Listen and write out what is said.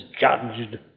judged